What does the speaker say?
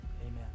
Amen